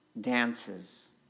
dances